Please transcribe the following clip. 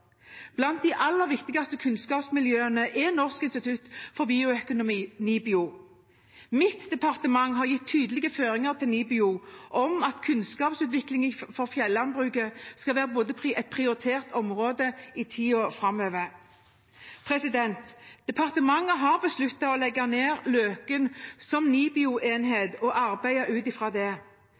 Blant de aller viktigste kunnskapsmiljøene er Norsk institutt for bioøkonomi, NIBIO. Mitt departement har gitt tydelige føringer til NIBIO om at kunnskapsutvikling for fjellandbruket skal være et prioritert område i tiden framover. Departementet har besluttet å legge ned Løken som NIBIO-enhet og arbeider ut fra det.